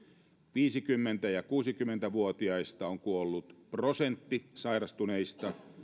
viisikymmentä viiva kuusikymmentä vuotiaista on kuollut prosentti sairastuneista